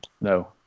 No